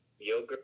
Yogurt